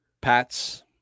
Pats